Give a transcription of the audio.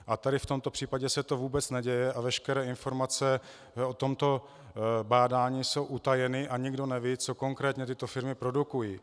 A tady v tomto případě se to vůbec neděje a veškeré informace o tomto bádání jsou utajeny a nikdo neví, co konkrétně tyto firmy produkují.